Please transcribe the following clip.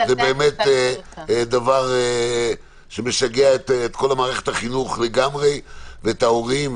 שזה באמת דבר שמשגע את כל מערכת החינוך לגמרי ואת ההורים.